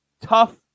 tough